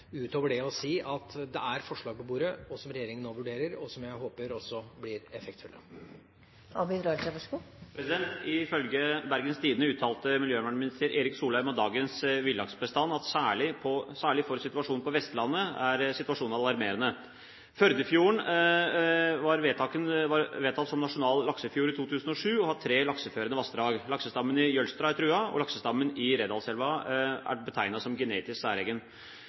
utover å si at det er forslag på bordet som regjeringa nå vurderer, og som jeg håper også blir effektfulle. Ifølge Bergens Tidende uttalte miljøvernminister Erik Solheim om dagens villaksbestand at særlig på Vestlandet er situasjonen alarmerende. Førdefjorden ble vedtatt som nasjonal laksefjord i 2007, og har tre lakseførende vassdrag. Laksestammen i Jølstra er truet, og laksestammen i Redalselva er betegnet som genetisk særegen.